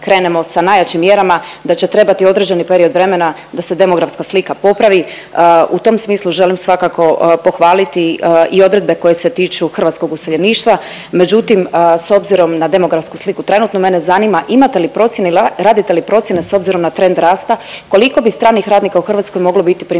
i da sada krenemo sa najjačim mjerama da će trebati određeni period vremena da se demografska slika popravi. U tom smislu želim svakako pohvaliti i odredbe koje se tiču hrvatskog useljeništva, međutim s obzirom na demografsku sliku trenutno, mene zanima imate li procjene, radite li procjene s obzirom na trend rasta, koliko bi stranih radnika u Hrvatskoj moglo biti primjerice